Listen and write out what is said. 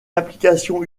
applications